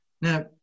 Now